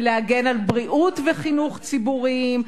ולהגן על בריאות וחינוך ציבוריים.